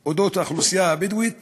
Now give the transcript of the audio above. על אודות האוכלוסייה הבדואית